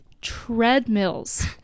treadmills